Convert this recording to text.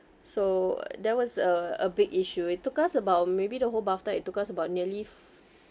so that was a a big issue it took us about maybe the whole bath tub it took us about nearly